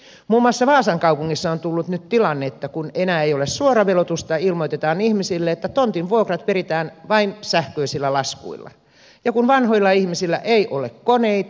muun muassa vaasan kaupungissa on tullut nyt tilanne että kun enää ei ole suoraveloitusta ilmoitetaan ihmisille että tontin vuokrat peritään vain sähköisillä laskuilla ja vanhoilla ihmisillä ei ole koneita